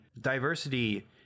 diversity